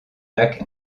lac